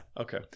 Okay